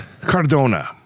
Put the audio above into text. cardona